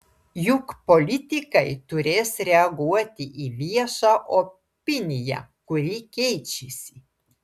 juk politikai turės reaguoti į viešą opiniją kuri keičiasi